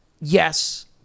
Yes